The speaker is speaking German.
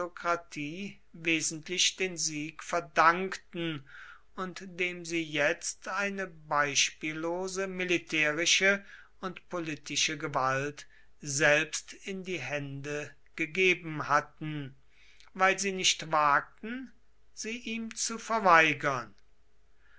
aristokratie wesentlich den sieg verdankten und dem sie jetzt eine beispiellose militärische und politische gewalt selbst in die hände gegeben hatten weil sie nicht wagten sie ihm zu verweigern